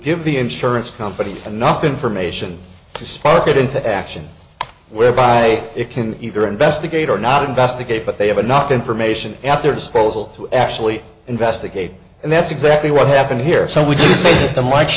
give the insurance company enough information to spark it into action whereby it can either investigate or not investigate but they have enough information at their disposal to actually investigate and that's exactly what happened here so